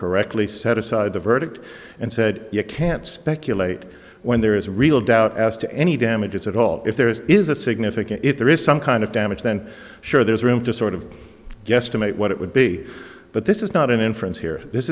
correctly set aside the verdict and said you can't speculate when there is real doubt as to any damages at all if there is a significant if there is some kind of damage then sure there's room to sort of guesstimate what it would be but this is not an inference here this